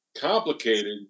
complicated